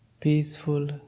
peaceful